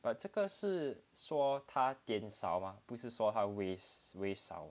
but 这个是说他点少吗不是说他 waste 少